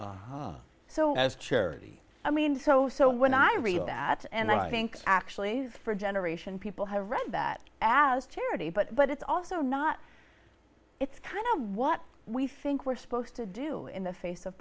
oh so as charity i mean so so when i read that and i think actually for a generation people have read that as charity but it's also not it's kind of what we think we're supposed to do in the face of